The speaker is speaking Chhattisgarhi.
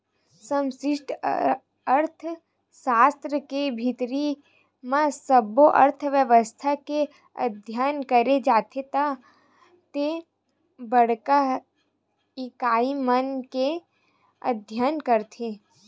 समस्टि अर्थसास्त्र के भीतरी म सब्बो अर्थबेवस्था के अध्ययन करे जाथे ते बड़का इकाई मन के अध्ययन करथे